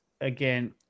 again